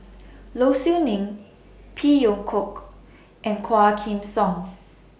Low Siew Nghee Phey Yew Kok and Quah Kim Song